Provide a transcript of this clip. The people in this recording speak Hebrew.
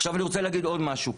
עכשיו, אני רוצה להגיד עוד משהו.